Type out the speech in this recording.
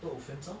多五分钟